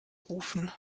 rufen